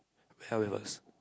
hell it was